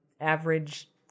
average